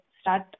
start